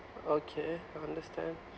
okay understand